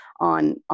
on